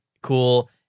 cool